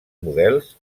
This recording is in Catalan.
models